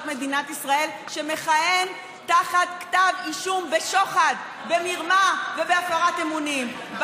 מדינת ישראל שמכהן תחת כתב אישום בשוחד ומרמה ובהפרת אמונים.